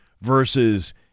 versus